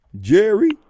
Jerry